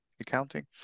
accounting